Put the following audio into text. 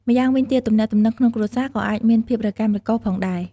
ម្យ៉ាងវិញទៀត ទំនាក់ទំនងក្នុងគ្រួសារក៏អាចមានភាពរកាំរកូសផងដែរ។